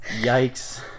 yikes